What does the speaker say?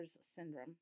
syndrome